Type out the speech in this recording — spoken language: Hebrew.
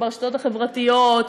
ברשתות החברתיות,